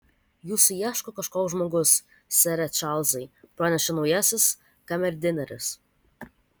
jūsų ieško kažkoks žmogus sere čarlzai pranešė naujasis kamerdineris